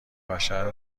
بشر